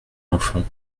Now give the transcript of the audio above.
enfant